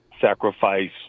sacrifice